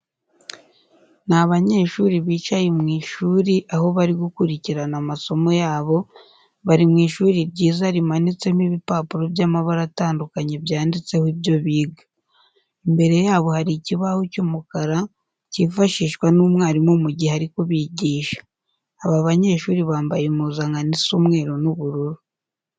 Ni abanyeshuri bicaye mu ishuri aho bari gukurikirana amasomo yabo, bari mu ishuri ryiza rimanitsemo ibipapuro by'amabara atandukanye byanditseho ibyo biga. Imbere yabo hari ikibaho cy'umukara cyifashishwa n'umwarimu mu gihe ari kubigisha. Aba banyeshuri bambaye impuzankano isa umweru n'ubururu.